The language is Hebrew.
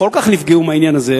כל כך נפגעו מהעניין הזה.